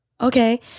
Okay